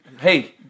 Hey